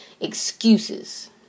excuses